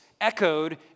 echoed